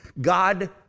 God